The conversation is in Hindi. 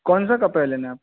कौनसा कपड़ा लेना है आप